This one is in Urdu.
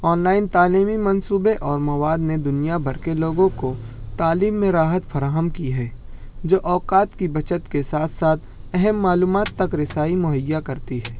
آنلائن تعلیمی منصوبے اور مواد نے دنیا بھر کے لوگوں کو تعلیم میں راحت فراہم کی ہیں جو اوقات کی بچت کے ساتھ ساتھ اہم معلومات تک رسائی مہیا کرتی ہے